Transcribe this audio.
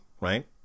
right